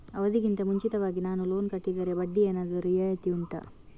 ಅವಧಿ ಗಿಂತ ಮುಂಚಿತವಾಗಿ ನಾನು ಲೋನ್ ಕಟ್ಟಿದರೆ ಬಡ್ಡಿ ಏನಾದರೂ ರಿಯಾಯಿತಿ ಉಂಟಾ